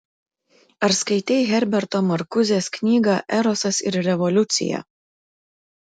ar skaitei herberto markuzės knygą erosas ir revoliucija